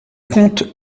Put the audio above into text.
conte